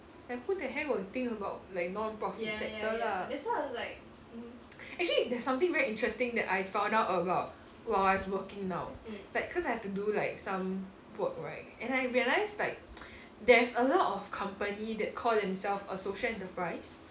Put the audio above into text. like who the heck will think about like non profit sector lah actually there's something very interesting that I found out about while I was working now like cause I have to do like some work right and I realised like there's a lot of company that call themselves a social enterprise